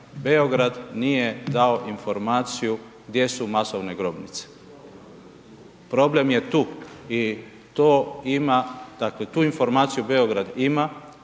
Beograd nije dao informaciju gdje su masovne grobnice. Problem je tu i to ima, dakle tu informaciju Beograd ima,